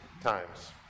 times